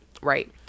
Right